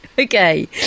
Okay